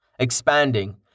expanding